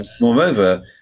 moreover